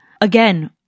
again